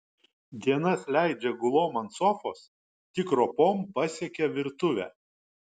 dienas leidžia gulom ant sofos tik ropom pasiekia virtuvę